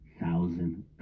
thousand